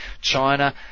China